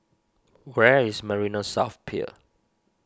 where is Marina South Pier